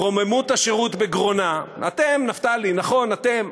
רוממות השירות בגרונה, אתם, נפתלי, נכון, אתם,